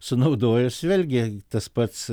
sunaudojus vėlgi tas pats